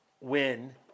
win